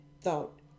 thought